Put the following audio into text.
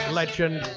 legend